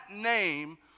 name